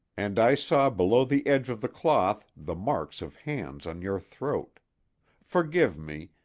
and i saw below the edge of the cloth the marks of hands on your throat forgive me,